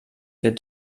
für